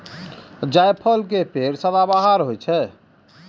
जायफल के पेड़ सदाबहार होइ छै